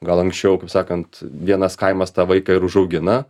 gal anksčiau kaip sakant vienas kaimas tą vaiką ir užaugina